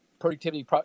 productivity